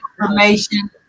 information